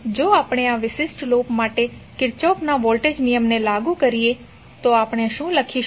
જો આપણે આ વિશિષ્ટ લૂપ માટે કિર્ચોફના વોલ્ટેજ નિયમને લાગુ કરીએ તો આપણે શું લખીશું